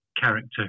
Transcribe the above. character